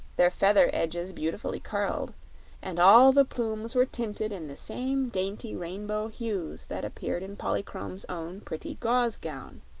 their feather edges beautifully curled and all the plumes were tinted in the same dainty rainbow hues that appeared in polychrome's own pretty gauze gown.